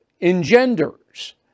engenders